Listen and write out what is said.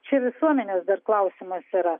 čia visuomenės dar klausimas yra